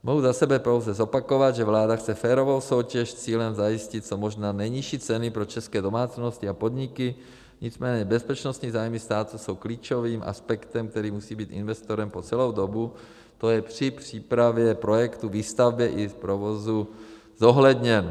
Mohu za sebe pouze zopakovat, že vláda chce férovou soutěž s cílem zajistit co možná nejnižší ceny pro české domácnosti a podniky, nicméně bezpečnostní zájmy státu jsou klíčovým aspektem, který musí být investorem po celou dobu, to je při přípravě projektu, výstavbě i v provozu, zohledněn.